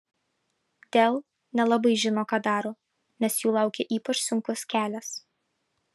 dell nelabai žino ką daro nes jų laukia ypač sunkus kelias